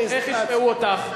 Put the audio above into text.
איך ישמעו אותך?